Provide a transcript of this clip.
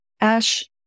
ash